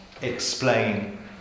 explain